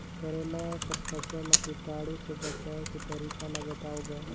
करेला कर फसल ल कीटाणु से बचाय के तरीका ला बताव ग?